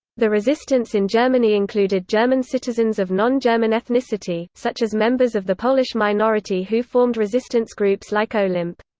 the resistance in germany included german citizens of non-german ethnicity, such as members of the polish minority who formed resistance groups like olimp.